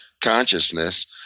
consciousness